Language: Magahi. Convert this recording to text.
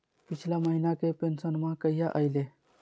पिछला महीना के पेंसनमा कहिया आइले?